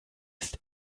ist